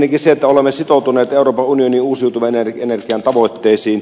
ensinnäkin olemme sitoutuneet euroopan unionin uusiutuvan energian tavoitteisiin